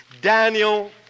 Daniel